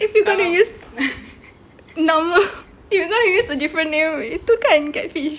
if you going to use normal you going to use a different name itu kan catfish